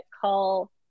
call